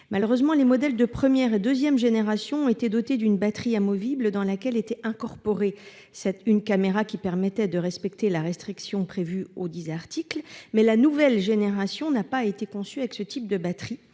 au viseur. Les modèles de première et deuxième génération ont été dotés d'une batterie amovible dans laquelle était incorporée une caméra, ce qui permettait de respecter la restriction prévue à ce dernier article. Malheureusement, la nouvelle génération n'a pas été conçue avec ce type d'équipement